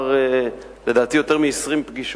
לדעתי יותר מ-20 פגישות,